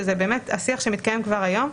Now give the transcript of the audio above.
שהוא מתקיים כבר היום.